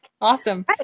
Awesome